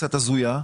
קצת הזויה.